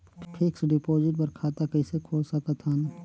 Fixed deposit बर खाता कइसे खोल सकत हन?